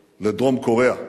לדרום-קוריאה.